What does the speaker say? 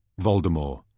Voldemort